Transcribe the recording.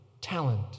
talent